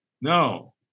No